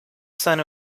son